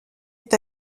est